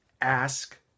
ask